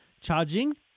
charging